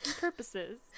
purposes